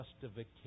justification